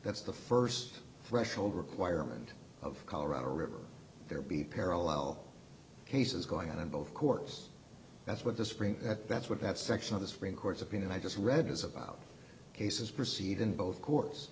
that's the first threshold requirement of colorado river there be parallel cases going on in both courts that's what the supreme at that's what that section of the supreme court's opinion i just read is about cases proceed in both courts